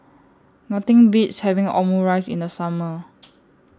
Nothing Beats having Omurice in The Summer